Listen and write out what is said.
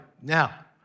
Now